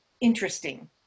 interesting